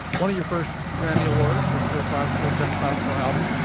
one of your first grammy awards was for a classical best classical album.